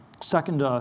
Second